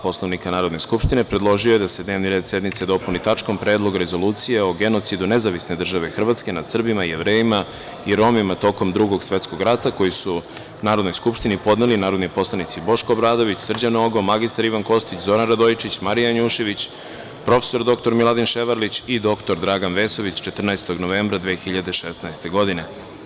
Poslovnika Narodne skupštine, predložio je da se dnevni red sednice dopuni tačkom - Predlog rezolucije o genocidu Nezavisne Države Hrvatske nad Srbima, Jevrejima i Romima tokom Drugog svetskog rata, koji su Narodnoj skupštini podneli narodni poslanici Boško Obradović, Srđan Nogo, mr Ivan Kostić, Zoran Radojičić, Marija Janjušević, prof. dr Miladin Ševarlić i dr Dragan Vesović 14. novembra 2016. godine.